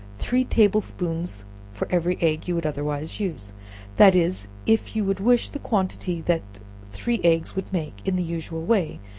three table-spoonsful for every egg you would otherwise use that is, if you would wish the quantity that three eggs would make in the usual way,